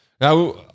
Now